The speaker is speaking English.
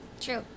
true